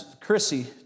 Chrissy